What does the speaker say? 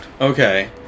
Okay